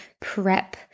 prep